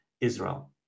Israel